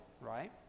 right